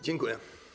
Dziękuję.